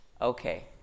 okay